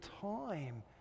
time